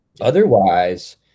Otherwise